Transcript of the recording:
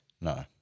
No